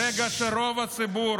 ברגע שרוב הציבור,